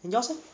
yours leh